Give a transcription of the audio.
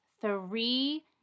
three